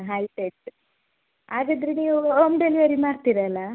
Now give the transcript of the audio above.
ಆಯ್ತು ಆಯಿತು ಹಾಗಾದ್ರೆ ನೀವು ಓಮ್ ಡೆಲಿವರಿ ಮಾಡ್ತೀರಲ್ಲ